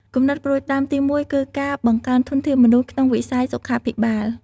គំនិតផ្តួចផ្តើមទីមួយគឺការបង្កើនធនធានមនុស្សក្នុងវិស័យសុខាភិបាល។